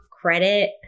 credit